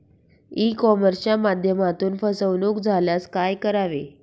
E कॉमर्सच्या माध्यमातून फसवणूक झाल्यास काय करावे?